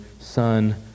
Son